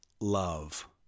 love